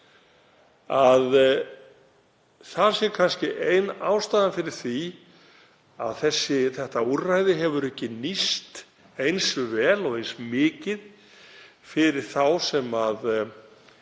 það sé kannski ein ástæðan fyrir því að þetta úrræði hefur ekki nýst eins vel og eins mikið fyrir þá sem